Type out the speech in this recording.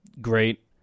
great